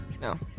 No